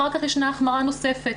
אחר כך ישנה החמרה נוספת.